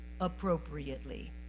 appropriately